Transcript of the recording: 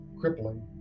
crippling